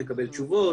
נקבל תשובות.